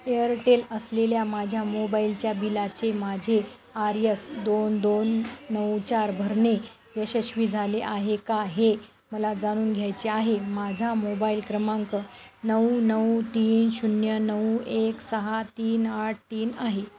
Airtel असलेल्या माझ्या मोबाईलच्या बिलाचे माझे आर यस दोन दोन नऊ चार भरणे यशस्वी झाले आहे का हे मला जाणून घ्यायचे आहे माझा मोबाईल क्रमांक नऊ नऊ तीन शून्य नऊ एक सहा तीन आठ तीन आहे